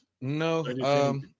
No